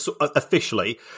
officially